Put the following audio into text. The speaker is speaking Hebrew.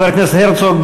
חבר הכנסת הרצוג,